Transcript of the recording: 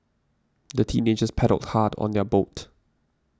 the teenagers paddled hard on their boat